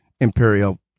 imperial